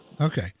Okay